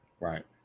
right